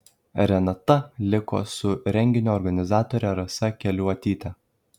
renata liko su renginio organizatore rasa keliuotyte